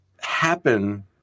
happen